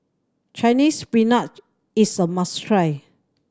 Chinese Spinach is a must try